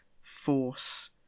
Force